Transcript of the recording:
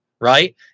Right